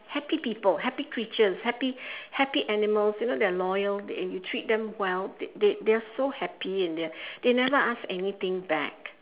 happy people happy creatures happy happy animals you know they're loyal you treat them well they they're so happy and they are they never ask anything back